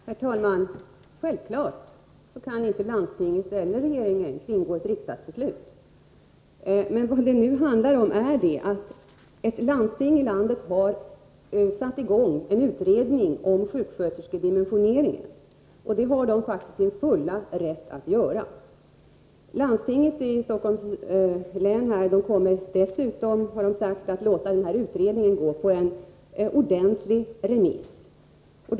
Herr talman! Självfallet kan inte ett landsting eller regeringen kringgå ett riksdagsbeslut. Vad det nu handlar om är att ett landsting har satt i gång en utredning om dimensioneringen av sjuksköterskeutbildningen, och det har man faktiskt sin fulla rätt att göra. Landstinget i Stockholms län kommer dessutom, har man sagt, att låta den här utredningen följas av en ordentlig remissomgång.